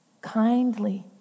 kindly